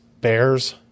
bears